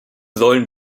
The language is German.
sollen